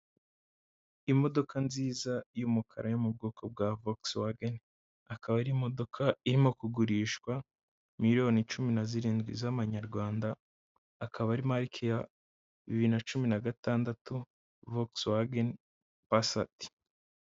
Imodoka nziza y'umukara yo mu bwoko bwa Volkswagen wageni, akaba ari imodoka irimo kugurishwa miliyoni cumi na zirindwi z'amanyarwanda, akaba ari marike ya bibiri na cumi na gatandatu, Volkswagen Passat.